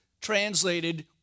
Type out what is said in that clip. translated